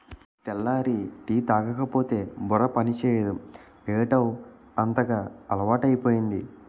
తెల్లారి టీ తాగకపోతే బుర్ర పనిచేయదు ఏటౌ అంతగా అలవాటైపోయింది